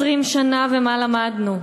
20 שנה, ומה למדנו?